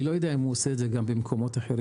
אני לא יודע אם הוא עושה את זה גם במקומות אחרים,